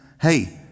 hey